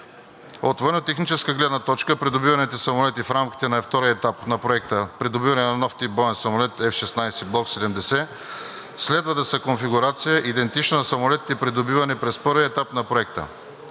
От военно-техническа гледна точка придобиваните самолети в рамките на втория етап на Проекта „Придобиване на нов тип боен самолет“ – F-16 Block 70, следва да са в конфигурация, идентична на самолетите, придобивани през първия етап на Проекта.